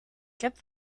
kept